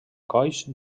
colls